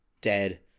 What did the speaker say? dead